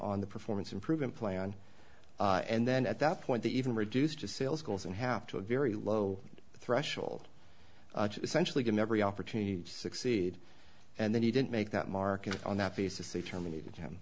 on the performance improvement plan and then at that point they even reduced the sales goals in half to a very low threshold essentially given every opportunity to succeed and then he didn't make that market on that basis they terminated him